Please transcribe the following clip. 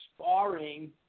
sparring